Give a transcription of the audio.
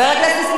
כל אחד והאמת שלו.